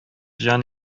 җан